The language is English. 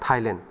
Thailand